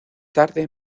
tarde